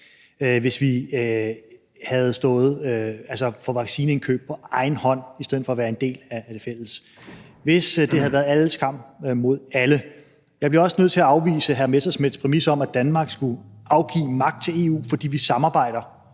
hvis vi havde stået for vaccineindkøb på egen hånd i stedet for at være en del af det fælles indkøb, og hvis det havde været alles kamp mod alle. Jeg bliver også nødt til at afvise hr. Morten Messerschmidts præmis om, at Danmark skulle afgive magt til EU, fordi vi samarbejder